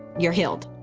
you're healed.